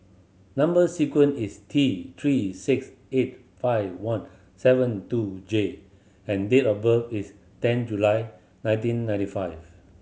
number sequence is T Three six eight five one seven two J and date of birth is ten July nineteen ninety five